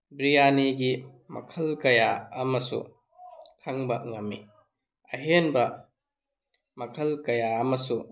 ꯕꯤꯔꯌꯥꯅꯤꯒꯤ ꯃꯈꯜ ꯀꯌꯥ ꯑꯃꯁꯨ ꯈꯪꯕ ꯉꯝꯃꯤ ꯑꯍꯦꯟꯕ ꯃꯈꯜ ꯀꯌꯥ ꯑꯃꯁꯨ